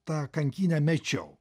tą kankynę mečiau